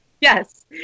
Yes